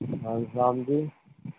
وعلیکم السلام جی